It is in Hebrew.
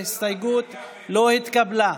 ההסתייגות לא התקבלה.